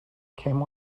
came